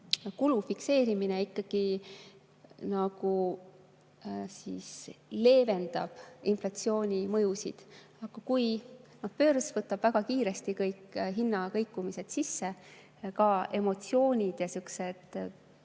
kulu fikseerimine ikkagi nagu leevendab inflatsiooni mõjusid. Aga börs võtab väga kiiresti kõik hinnakõikumised sisse, ka emotsioonid ja [muutused] sihukeses